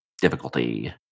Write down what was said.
difficulty